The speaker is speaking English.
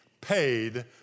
paid